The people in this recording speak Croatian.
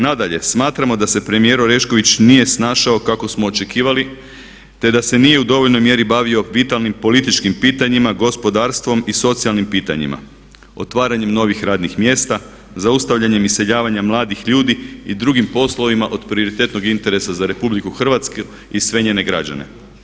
Nadalje, smatramo da se premijer Orešković nije snašao kako smo očekivali te da se nije u dovoljnoj mjeri bavio vitalnim političkim pitanjima, gospodarstvo i socijalnim pitanjima, otvaranjem novih radnih mjesta, zaustavljanjem iseljavanja mladih ljudi i drugim poslovima od prioritetnog interesa za RH i sve njene građane.